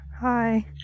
Hi